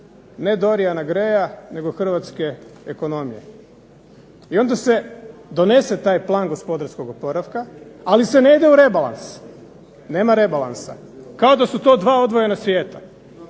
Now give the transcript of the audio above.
ne Doriana Graya, nego hrvatske ekonomije. I onda se donese taj plan gospodarskog oporavka, ali se ne ide u rebalans. Nema rebalansa, kao da su to dva odvojena svijeta.